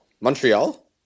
Montreal